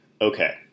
Okay